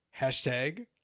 Hashtag